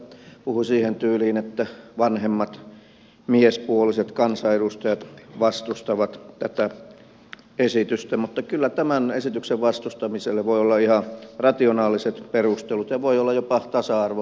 arvoisa edustaja toivakka puhui siihen tyyliin että vanhemmat miespuoliset kansanedustajat vastustavat tätä esitystä mutta kyllä tämän esityksen vastustamiselle voi olla ihan rationaaliset perustelut ja voi olla jopa tasa arvoperustelut